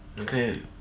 Okay